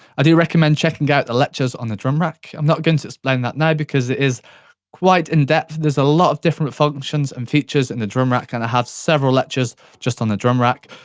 i do recommend checking out the lectures on the drum rack. i'm not going to explain that now because it is quite in-depth. there's a lot of different functions and features in the drum rack, and i have several lectures just on the drum rack.